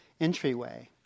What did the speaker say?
entryway